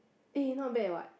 eh not bad what